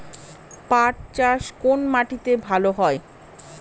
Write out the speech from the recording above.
পাট চাষ কোন মাটিতে ভালো হয়?